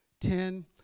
Ten